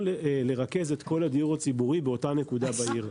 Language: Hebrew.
לרכז את כל הדיור הציבורי באותה נקודה בעיר.